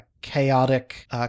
chaotic